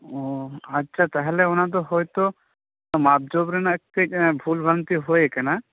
ᱚ ᱟᱪᱷᱟ ᱛᱟᱦᱚᱞᱮ ᱚᱱᱟᱫᱚ ᱦᱚᱭᱛᱚ ᱢᱟᱯᱼᱡᱳᱠᱷ ᱨᱮᱱᱟᱜ ᱠᱟ ᱡ ᱵᱷᱩᱞ ᱵᱷᱨᱟᱱᱛᱤ ᱦᱩᱭᱟᱠᱟᱱᱟ